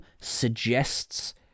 suggests